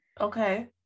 okay